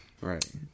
right